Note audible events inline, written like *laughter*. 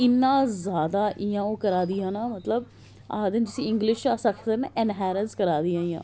इन्ना ज्यादा इयां ओह् करा दी ही ना मतलब *unintelligible* आक्खदे ना जिसी इंगलिश च अस आक्खी सकने करा दी ही